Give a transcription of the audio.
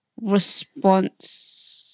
response